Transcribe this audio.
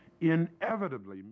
inevitably